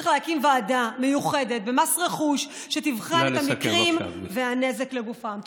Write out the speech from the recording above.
צריך להקים ועדה מיוחדת במס רכוש שתבחן את המקרים והנזק לגופם.